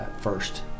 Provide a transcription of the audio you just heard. first